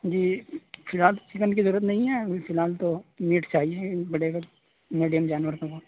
جی فی الحال چکن کی ضرورت نہیں ہے ابھی فی الحال تو میٹ چاہیے بڑے کا میڈیم جانور کا ہو